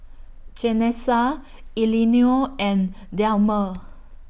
Janessa Elinor and Delmer